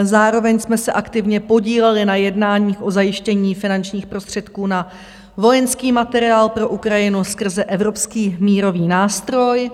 Zároveň jsme se aktivně podíleli na jednáních o zajištění finančních prostředků na vojenský materiál pro Ukrajinu skrze Evropský mírový nástroj.